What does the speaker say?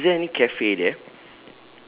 is there is there any cafe there